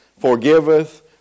forgiveth